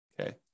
okay